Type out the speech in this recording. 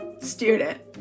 student